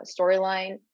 storyline